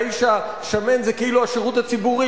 והאיש השמן זה כאילו השירות הציבורי,